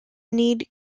need